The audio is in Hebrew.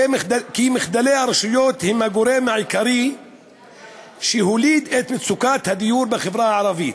כי מחדלי הרשויות הם הגורם העיקרי שהוליד את מצוקת הדיור בחברה הערבית,